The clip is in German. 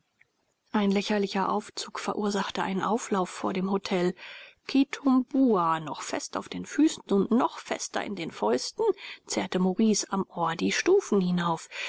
ein lächerlicher aufzug verursachte einen auflauf vor dem hotel kitumbua noch fest auf den füßen und noch fester in den fäusten zerrte maurice am ohr die stufen hinauf